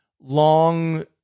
long